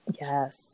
Yes